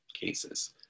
cases